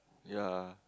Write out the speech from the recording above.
yea